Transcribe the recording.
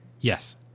Yes